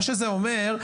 מה שזה אומר,